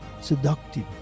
seductive